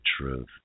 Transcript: truth